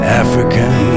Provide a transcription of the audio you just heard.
african